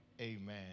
Amen